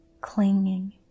clinging